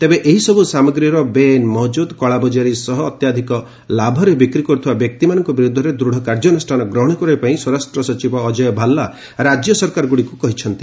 ତେବେ ଏହିସବୁ ସାମଗ୍ରୀର ବେଆଇନ୍ ମହକୁଦ କଳାବଜାରି ସହ ଅତ୍ୟଧିକ ଲାଭରେ ବିକ୍ରି କରୁଥିବା ବ୍ୟକ୍ତିମାନଙ୍କ ବିରୁଦ୍ଧରେ ଦୂଢ କାର୍ଯ୍ୟାନୁଷ୍ଠାନ ଗ୍ରହଣ କରିବା ପାଇଁ ସ୍ୱରାଷ୍ଟ୍ର ସଚିବ ଅଜୟ ଭାଲା ରାଜ୍ୟ ସରକାରଗୁଡ଼ିକୁ କହିଛନ୍ତି